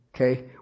Okay